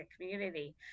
community